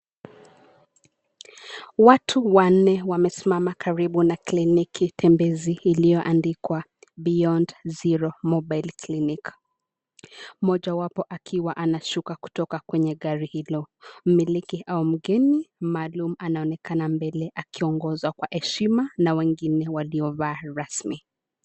Watu wanne wamesimama karibu na kliniki ya tembezi iliyoandikwa BEYOND ZERO MOBILE CLINIC.Mmoja wapo akiwa anashuka kutoka kwenye gari hilo. Mmiliki au mgeni maalumu anaonekana mbele akiongozwa kwa heshima na wengine waliovaa rasmi.